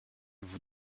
vous